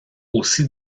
aussi